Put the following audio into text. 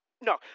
No